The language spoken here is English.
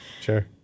Sure